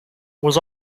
was